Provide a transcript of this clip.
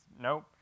nope